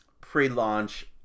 pre-launch